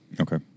okay